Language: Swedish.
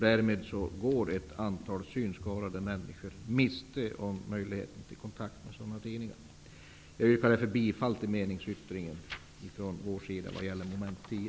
Därmed går ett antal synskadade människor miste om möjligheten till kontakt med sådana tidningar. Jag yrkar därför bifall till vår meningsyttring vad gäller mom. 10.